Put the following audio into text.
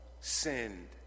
sinned